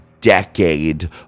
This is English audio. decade